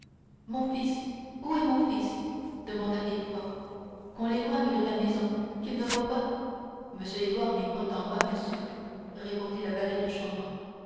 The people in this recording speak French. mon fils où est mon fils demanda villefort qu'on l'éloigne de la maison qu'il ne voie pas m édouard n'est point en bas monsieur répondit le valet de chambre